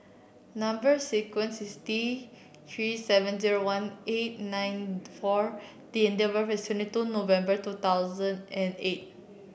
number sequence is T Three seven zero one eight nine four D and date of birth is twenty two November two thousand and eight